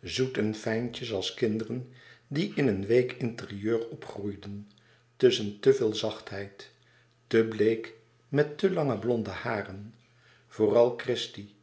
zoet en fijntjes als kinderen die in een week interieur opgroeien tusschen te veel zachtheid te bleek met te lange blonde haren vooral christie